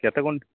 କେତେ କ'ଣ